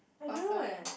I don't know eh